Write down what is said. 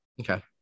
Okay